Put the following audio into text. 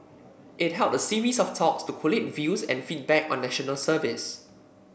it held a series of talks to collate views and feedback on National Service